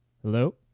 Hello